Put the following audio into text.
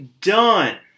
done